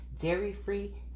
dairy-free